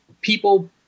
people